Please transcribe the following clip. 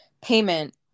Payment